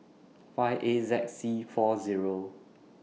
five A Z C four Zero